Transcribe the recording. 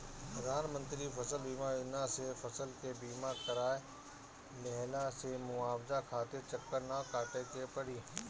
प्रधानमंत्री फसल बीमा योजना से फसल के बीमा कराए लेहला से मुआवजा खातिर चक्कर ना काटे के पड़ी